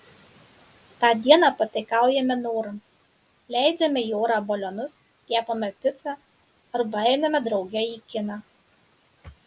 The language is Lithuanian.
tą dieną pataikaujame norams leidžiame į orą balionus kepame picą arba einame drauge į kiną